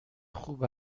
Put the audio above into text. خوب